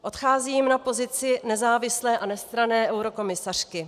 Odcházím na pozici nezávislé a nestranné eurokomisařky.